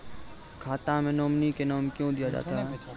खाता मे नोमिनी का नाम क्यो दिया जाता हैं?